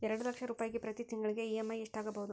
ಎರಡು ಲಕ್ಷ ರೂಪಾಯಿಗೆ ಪ್ರತಿ ತಿಂಗಳಿಗೆ ಇ.ಎಮ್.ಐ ಎಷ್ಟಾಗಬಹುದು?